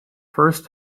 first